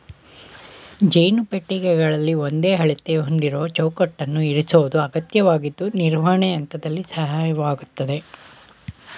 ಜೇನು ಪೆಟ್ಟಿಗೆಗಳಲ್ಲಿ ಒಂದೇ ಅಳತೆ ಹೊಂದಿರುವ ಚೌಕಟ್ಟನ್ನು ಇರಿಸೋದು ಅಗತ್ಯವಾಗಿದ್ದು ನಿರ್ವಹಣೆ ಹಂತದಲ್ಲಿ ಸಹಾಯಕವಾಗಯ್ತೆ